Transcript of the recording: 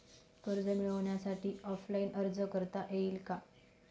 कर्ज मिळण्यासाठी ऑफलाईन अर्ज करता येईल का?